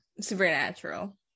supernatural